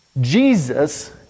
Jesus